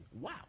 Wow